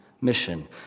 mission